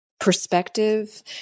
perspective